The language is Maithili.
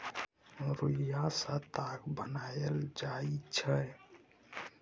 रुइया सँ ताग बनाएल जाइ छै